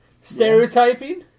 Stereotyping